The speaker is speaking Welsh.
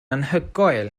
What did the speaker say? anhygoel